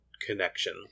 connection